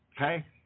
Okay